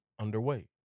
underway